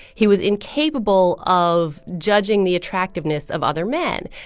he was incapable of judging the attractiveness of other men.